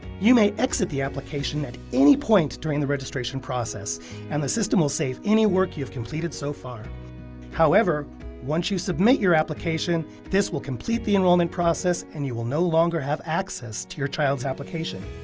you may exit the at any point during the registration process and the system will save any work you have completed so far however once you submit your application this will complete the enrollment process and you will no longer have access to your child's application.